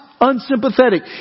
unsympathetic